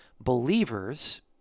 believers